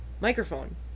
Microphone